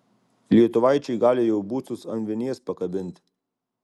lietuvaičiai gali jau bucus ant vinies pakabinti